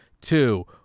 two